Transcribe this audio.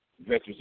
Veterans